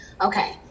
Okay